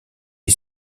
est